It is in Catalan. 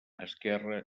esquerra